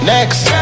Next